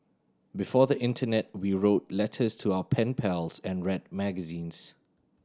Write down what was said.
before the internet we wrote letters to our pen pals and red magazines